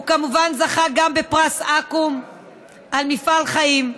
הוא כמובן זכה גם בפרס אקו"ם על מפעל חיים.